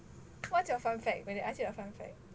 what's your fun fact when they ask you your fun fact